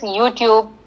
YouTube